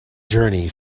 journey